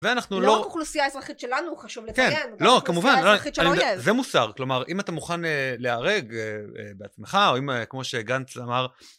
ואנחנו לא אוכלוסייה אזרחית שלנו חשוב לציין אוכלוסיה אזרחית של האוייב, לא, כמובן, זה מוסר. כלומר, אם אתה מוכן להרג בעצמך, או אם, כמו שגנץ אמר...